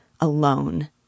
alone